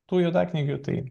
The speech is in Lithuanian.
tų juodaknygių tai